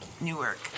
Newark